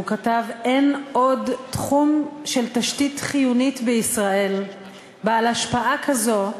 הוא כתב: אין עוד תחום של תשתית חיונית בישראל בעל השפעה כזאת,